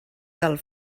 del